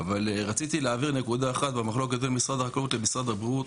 אבל רציתי להבהיר נקודה אחת במחלוקת בין משרד החקלאות למשרד הבריאות,